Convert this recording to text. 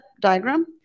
diagram